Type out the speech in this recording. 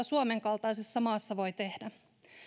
suomen kaltaisessa maassa voi tehdä